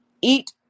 eat